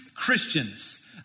Christians